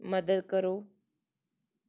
ਮਦਦ ਕਰੋ